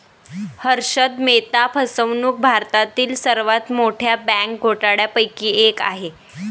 हर्षद मेहता फसवणूक भारतातील सर्वात मोठ्या बँक घोटाळ्यांपैकी एक आहे